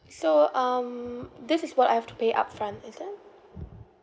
so um this is what I have to pay upfront is it